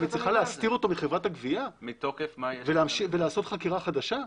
היא צריכה להסתיר אותו מחברת הגבייה ולעשות חקירה חדשה?